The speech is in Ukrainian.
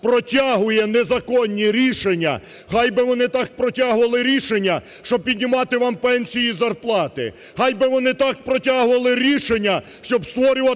протягує незаконні рішення. Хай би вони так протягували рішення, щоб піднімати вам пенсії і зарплати; хай би вони так протягувати рішення, щоб створювати